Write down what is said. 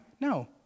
No